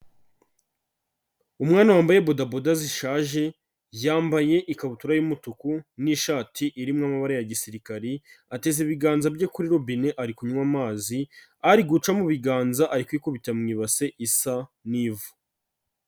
Umwana wambaye bodaboda zishaje, yambaye ikabutura y'umutuku n'ishati irimo amabara ya gisirikari, ateze ibiganza bye kuri robine, ari kunywa amazi, ari guca mu biganza ari kwikubita mu ibase isa n'ivu.